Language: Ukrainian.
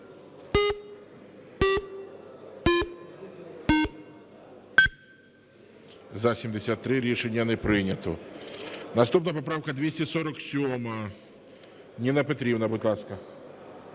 За-73 Рішення не прийнято. Наступна поправка 247. Ніна Петрівна, будь ласка.